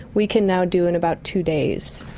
we can now do in about two days.